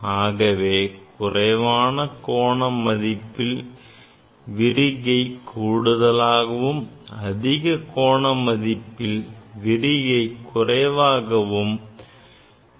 ஆகவே குறைவான கோண மதிப்பில் விரிகை கூடுதலாகவும் அதிக கோண மதிப்பில் விரிகை குறைவாகவும் இருக்கும்